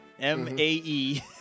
m-a-e